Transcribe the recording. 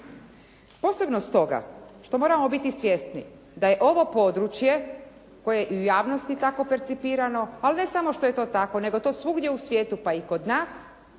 Posebno stoga što moramo biti svjesni da je ovo područje koje je u javnosti tako percipirano, ali ne samo što je to tako, nego to svugdje u svijetu, pa i kod nas